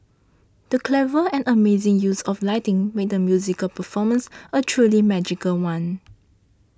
the clever and amazing use of lighting made the musical performance a truly magical one